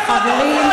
חברים,